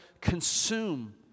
consume